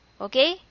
okay